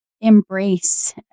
embrace